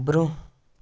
برٛونٛہہ